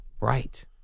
Right